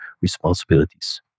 responsibilities